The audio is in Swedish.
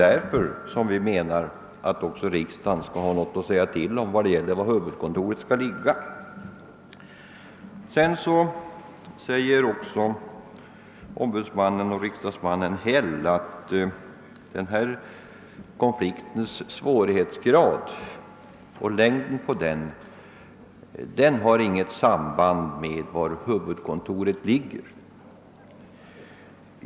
Därför skall, menar vi, riksdagen även ha något att säga till om när det gäller att avgöra var huvudkontoret skall ligga. Ombudsmannen och riksdagsmannen Häll anser också att gruvarbetarkonfliktens svårighetsgrad och längd inte haft något samband med var huvudkontoret ligger.